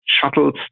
shuttles